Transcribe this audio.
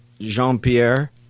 Jean-Pierre